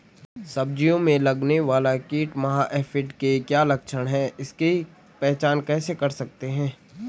सब्जियों में लगने वाला कीट माह एफिड के क्या लक्षण हैं इसकी पहचान कैसे कर सकते हैं?